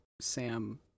Sam